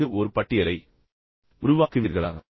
அதற்கு ஒரு பட்டியலை உருவாக்குவீர்களா